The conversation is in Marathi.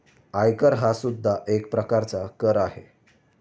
आयकर हा सुद्धा एक प्रकारचा कर आहे